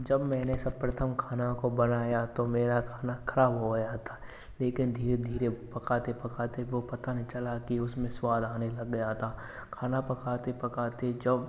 जब मैंने सब प्रथम खाने को बनाया तो मेरा खाना खराब हो गया था लेकिन धीरे धीरे पकाते पकाते पता नहीं चला कि उसमें स्वाद आने लग गया था खाना पकाते पकाते जब